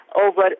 over